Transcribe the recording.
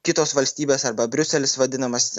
kitos valstybės arba briuselis vadinamas